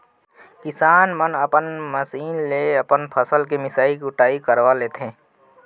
किसान मन मसीन ले अपन फसल के मिसई कुटई करवा लेथें